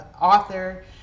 author